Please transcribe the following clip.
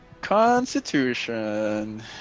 Constitution